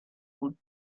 root